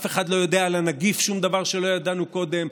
אף אחד לא יודע על הנגיף שום דבר שלא ידענו קודם.